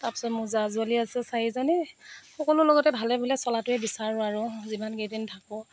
তাৰপিছত মোৰ জা জোৱালী আছে চাৰিজনী সকলোৰ লগতে ভালে বুলে চলাটোৱে বিচাৰোঁ আৰু যিমান কেইদিন থাকোঁ